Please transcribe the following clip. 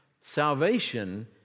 Salvation